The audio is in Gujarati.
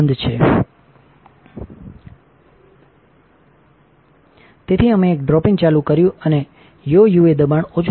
તેથી અમે એક ડ્રોપિંગ ચાલુ કર્યું અને યો યુએદબાણ ઓછું થવું જોઈએ